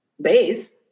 base